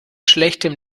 schlechtem